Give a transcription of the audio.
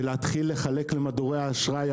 ולהתחיל לחלק למודרי אשראי,